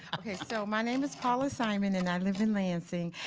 okay so, my name is paula simon and i live in lansing,